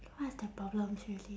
what's their problem seriously